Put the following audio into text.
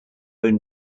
own